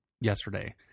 yesterday